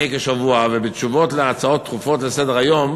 כשבוע ובתשובות על הצעות דחופות לסדר-היום